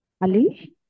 Ali